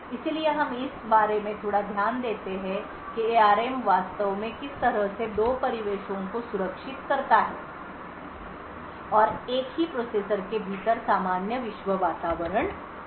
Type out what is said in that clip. इसलिए हम इस बारे में थोड़ा ध्यान देते हैं कि एआरएम वास्तव में किस तरह से दो परिवेशों को सुरक्षित करता है और एक ही प्रोसेसर के भीतर सामान्य विश्व वातावरण है